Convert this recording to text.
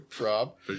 Rob